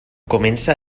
comença